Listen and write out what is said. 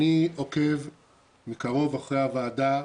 אני עוקב מקרוב אחרי הוועדה,